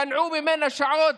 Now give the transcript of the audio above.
מנעו ממנה שעות